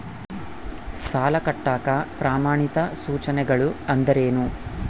ಸಾಲ ಕಟ್ಟಾಕ ಪ್ರಮಾಣಿತ ಸೂಚನೆಗಳು ಅಂದರೇನು?